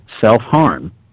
self-harm